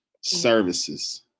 services